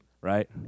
Right